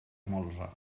molsa